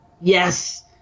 Yes